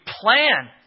plan